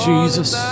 Jesus